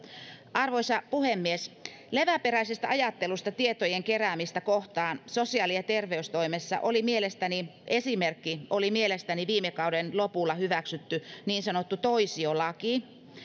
arvoisa puhemies leväperäisestä ajattelusta tietojen keräämistä kohtaan sosiaali ja terveystoimessa oli mielestäni esimerkki viime kauden lopulla hyväksytty niin sanottu toisiolaki